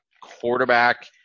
quarterback